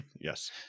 Yes